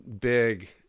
big